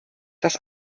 das